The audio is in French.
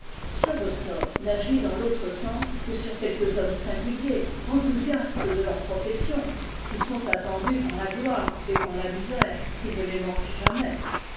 ce ressort n'agit dans l'autre sens que sur quelques hommes singuliers enthousiastes de leur profession qui sont attendus par la gloire et par la misère qui ne les manquent jamais